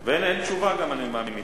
אבל חבר הכנסת